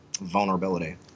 vulnerability